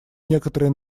некоторые